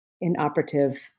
inoperative